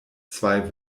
zwei